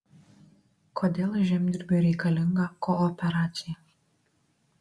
kodėl žemdirbiui reikalinga kooperacija